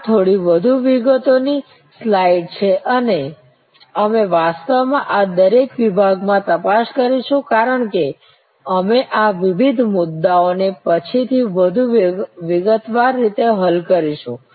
આ થોડી વધુ વિગતોની સ્લાઇડ છે અને અમે વાસ્તવમાં આ દરેક વિભાગ માં તપાસ કરીશું કારણ કે અમે આ વિવિધ મુદ્દાઓને પછીથી વધુ વિગતવાર રીતે હલ કરીશું